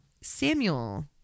Samuel